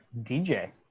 DJ